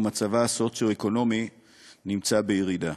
ומצבה הסוציו-אקונומי נמצא בירידה.